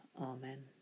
Amen